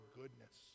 goodness